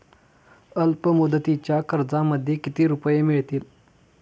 अल्पमुदतीच्या कर्जामध्ये किती रुपये मिळतील?